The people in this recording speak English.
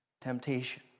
Temptation